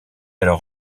alors